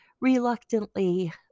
reluctantly